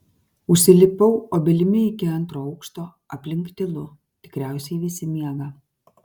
užsilipau obelimi iki antro aukšto aplink tylu tikriausiai visi miega